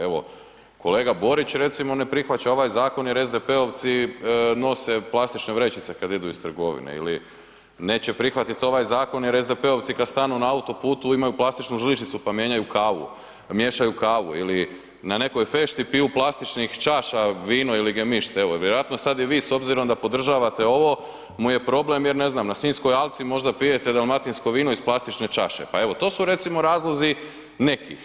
Evo kolega Borić recimo ne prihvaća ovaj zakon jer SDP-ovci nose plastične vrećice kad idu uz trgovine ili neće prihvatiti ovaj zakon jer SDP-ovci kad stanu kad stanu na autoputu imaju plastičnu žličicu pa miješaju kavu ili na nekoj fešti piju iz plastičnih čaša vino ili gemišt, evo, vjerojatno sad i vi s obzirom da podržavate ovo mu je problem jer ne znam, na Sinjskoj alci možda pijete dalmatinsko vino iz plastične čaše pa evo, to su recimo razlozi nekih.